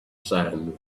sand